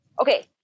Okay